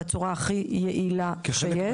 בצורה הכי יעילה שיש.